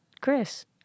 Chris